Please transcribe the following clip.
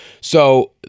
So-